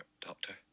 doctor